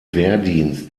wehrdienst